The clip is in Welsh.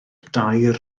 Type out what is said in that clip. dair